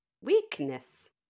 weakness